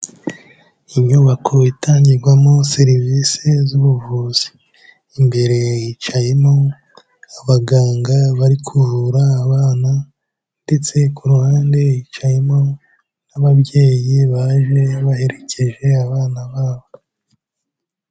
Inyubako itangirwamo serivisi z'ubuvuzi, imbere hicayemo abaganga bari kuvura abana, ndetse ku ruhande hicayemo n'ababyeyi baje baherekeje abana babo.